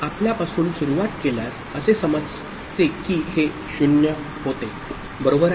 तर आपल्यापासून सुरुवात केल्यास असे समज की हे 0 होते बरोबर आहे